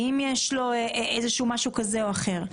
האם יש לו איזה משהו כזה או אחר.